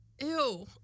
ew